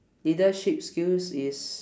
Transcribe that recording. leadership skills is